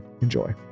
Enjoy